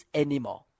anymore